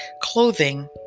clothing